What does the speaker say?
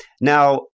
Now